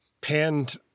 panned